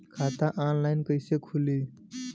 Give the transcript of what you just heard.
खाता ऑनलाइन कइसे खुली?